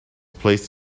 placed